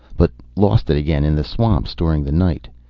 but lost it again in the swamps during the night.